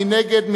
מי נגד?